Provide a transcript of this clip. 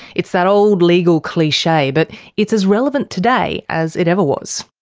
it's that old legal cliche. but it's as relevant today as it ever was.